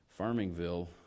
Farmingville